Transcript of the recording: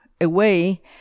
away